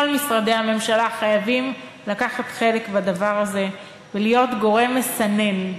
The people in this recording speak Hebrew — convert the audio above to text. כל משרדי הממשלה חייבים לקחת חלק בדבר הזה ולהיות גורם מסנן.